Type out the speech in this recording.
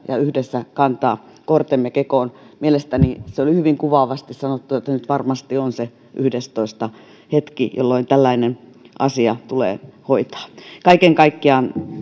ja yhdessä kantaa kortemme kekoon mielestäni se oli hyvin kuvaavasti sanottu että nyt varmasti on se yhdestoista hetki jolloin tällainen asia tulee hoitaa kaiken kaikkiaan